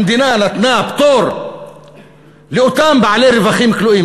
המדינה נתנה פטור לאותם בעלי רווחים כלואים,